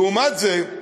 לעומת זאת,